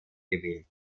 gewählt